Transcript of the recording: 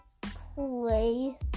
play